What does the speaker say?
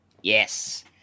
yes